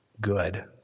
good